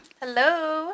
Hello